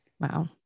Wow